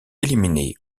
éliminés